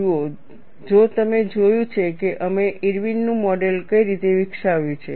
જુઓ જો તમે જોયું છે કે અમે ઇર્વિનનું મોડેલ Irwin's model કઈ રીતે વિકસાવ્યું છે